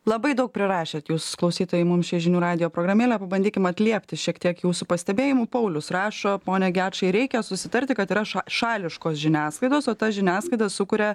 labai daug prirašėt jūs klausytojai mums čia į žinių radijo programėlę pabandykim atliepti šiek tiek jūsų pastebėjimų paulius rašo pone gečai reikia susitarti kad yra šališkos žiniasklaidos o ta žiniasklaida sukuria